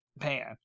Man